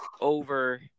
over